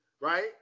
right